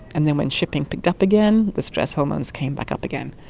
and then when shipping picked up again, the stress hormones came back up again.